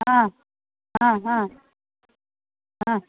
हा हा हा हा